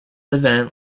event